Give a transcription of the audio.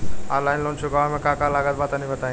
Online loan चुकावे म का का लागत बा तनि बताई?